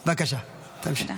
בבקשה, תמשיכי.